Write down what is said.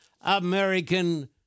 American